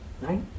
right